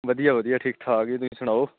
ਵਧੀਆ ਵਧੀਆ ਠੀਕ ਠਾਕ ਜੀ ਤੁਸੀਂ ਸੁਣਾਓ